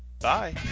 Bye